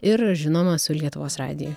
ir žinoma su lietuvos radiju